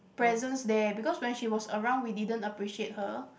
presence there because when she was around we didn't appreciate her